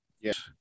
Yes